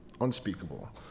unspeakable